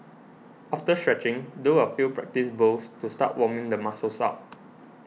after stretching do a few practice bowls to start warming the muscles up